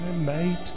mate